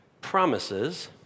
promises